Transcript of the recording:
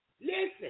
Listen